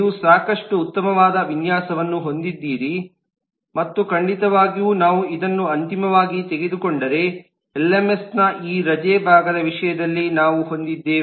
ನೀವು ಸಾಕಷ್ಟು ಉತ್ತಮವಾದ ವಿನ್ಯಾಸವನ್ನು ಹೊಂದಿದ್ದೀರಿ ಮತ್ತು ಖಂಡಿತವಾಗಿಯೂ ನಾವು ಇದನ್ನು ಅಂತಿಮವಾಗಿ ತೆಗೆದುಕೊಂಡರೆ ಎಂಎಸ್ ನ ಈ ರಜೆ ಭಾಗದ ವಿಷಯದಲ್ಲಿ ನಾವು ಹೊಂದಿದ್ದೇವೆ